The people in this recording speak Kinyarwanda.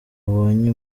ubonye